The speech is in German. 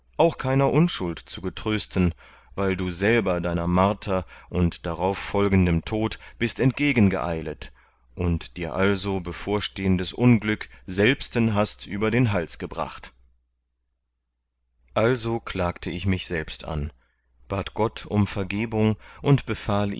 auch keiner unschuld zu getrösten weil du selber deiner marter und darauf folgendem tod bist entgegengeeilet und dir also bevorstehendes unglück selbsten hast über den hals gebracht also klagte ich mich selbst an bat gott umb vergebung und befahl